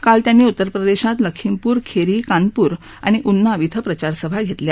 काल त्यांनी उत्तरप्रदेशात लखीमपुर खेरी कानपुर आणि उन्नाव ी भें प्रचारसभा घेतल्या